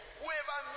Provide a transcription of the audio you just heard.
whoever